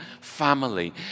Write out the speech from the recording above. family